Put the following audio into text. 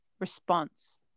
response